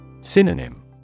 Synonym